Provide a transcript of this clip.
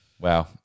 Wow